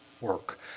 work